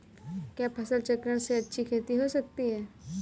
क्या फसल चक्रण से अच्छी खेती हो सकती है?